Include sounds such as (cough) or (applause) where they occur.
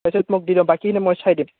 (unintelligible) মোক দি দিবা বাকী খিনি মই চাই দিম